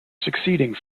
succeeding